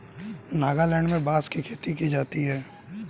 नागालैंड में बांस की खेती की जाती है